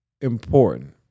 important